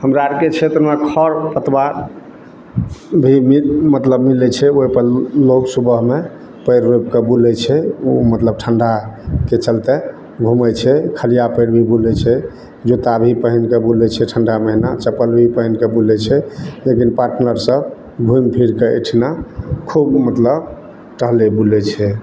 हमरा आरके क्षेत्रमे खर पतवार भी मतलब मिलै छै ओहिपर लोग सुबह मे पएर रोपि कऽ बुलै छै ओ मतलब ठण्डाके चलते घुमै छै खलिआ पएर भी बुलै छै जूता भी पहिन कऽ बुलै छै ठण्डा महिना चपल भी पहिन कऽ बुलै छै लेकिन पार्टनर सब घुमि फिर कऽ एहिठिना खुब मतलब टहलै बुलै छै